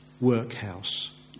workhouse